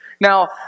Now